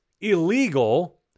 illegal